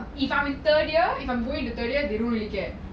if I'm in third year if I'm going to third year they don't really care